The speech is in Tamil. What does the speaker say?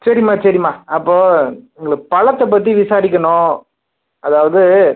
சரிம்மா சரிம்மா அப்போது இந்த பழத்த பத்தி விசாரிக்கணும் அதாவது